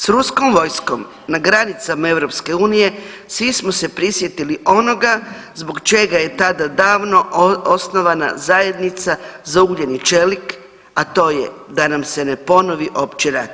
S ruskom vojskom na granicama EU svi smo se prisjetili onoga zbog čega je tada davno osnovana Zajednica za ugljen i čelik, a to je da nam se ne ponovi opći rat.